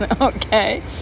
okay